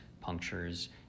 punctures